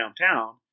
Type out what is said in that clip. downtown